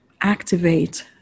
activate